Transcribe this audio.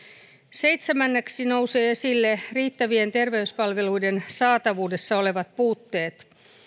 seitsemänneksi nousee esille riittävien terveyspalveluiden saatavuudessa olevat puutteet